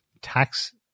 tax